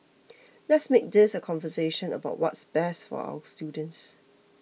let's make this a conversation about what's best for our students